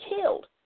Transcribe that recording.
killed